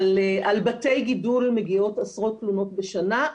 אבל על בתי גידול מגיעות עשרות תלונות בשנה,